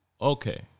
okay